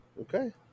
Okay